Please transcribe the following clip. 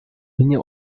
миний